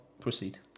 proceed